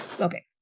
okay